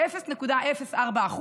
ב-0.04%,